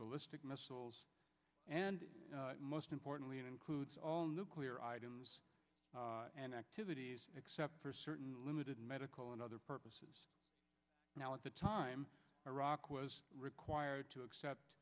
ballistic missiles and most importantly it includes all nuclear items and activities except for certain limited medical and other purposes now at the time iraq was required to accept